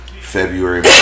February